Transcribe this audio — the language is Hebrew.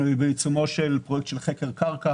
אנחנו בעיצומו של פרויקט חקר קרקע